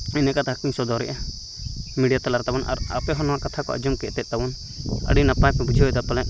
ᱤᱱᱟᱹ ᱠᱟᱛᱷᱟᱠᱚᱧ ᱥᱚᱫᱚᱨᱮᱜᱼᱟ ᱱᱮᱰᱮ ᱛᱟᱞᱟᱨᱮ ᱛᱟᱵᱚᱱ ᱟᱯᱮᱦᱚᱸ ᱱᱚᱶᱟ ᱠᱟᱛᱷᱟ ᱠᱚ ᱟᱸᱧᱡᱚᱢ ᱯᱮ ᱛᱮ ᱛᱟᱵᱚᱱ ᱟᱰᱤ ᱱᱟᱯᱟᱭᱠᱚ ᱵᱩᱡᱷᱟᱣ ᱮᱫᱟ ᱯᱟᱞᱮᱱ